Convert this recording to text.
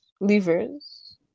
Levers